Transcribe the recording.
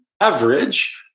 average